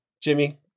Jimmy